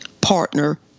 partner